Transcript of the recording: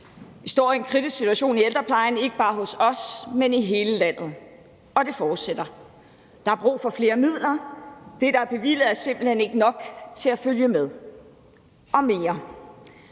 Vi står i en kritisk situation i ældreplejen, ikke bare hos os, men i hele landet. Og det fortsætter: Der er brug for flere midler; det, der er bevilget, er simpelt hen ikke nok til at følge med. Og der